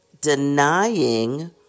Denying